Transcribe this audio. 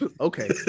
okay